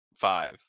five